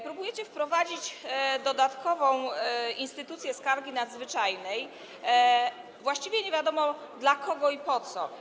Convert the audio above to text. Próbujecie wprowadzić dodatkową instytucję skargi nadzwyczajnej, właściwie nie wiadomo dla kogo i po co.